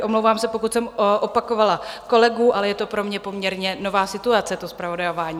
Omlouvám se, pokud jsem opakovala kolegu, ale je to pro mě poměrně nová situace, to zpravodajování.